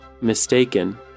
Mistaken